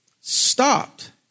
stopped